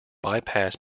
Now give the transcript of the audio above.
bypass